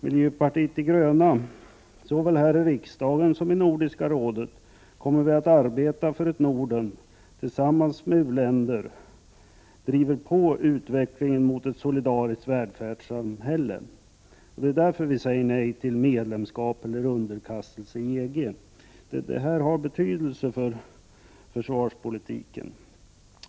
Miljöpartiet de gröna kommer såväl här i riksdagen som i Nordiska rådet att arbeta för att Norden tillsammans med u-länder driver på utvecklingen mot ett solidariskt världssamhälle. Det är därför vi säger nej till medlemskap i eller underkastelse under EG. Detta har betydelse för försvarspolitiken.